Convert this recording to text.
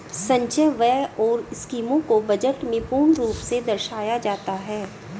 संचय व्यय और स्कीमों को बजट में पूर्ण रूप से दर्शाया जाता है